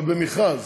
אבל במכרז,